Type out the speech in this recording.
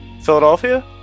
Philadelphia